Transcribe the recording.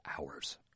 hours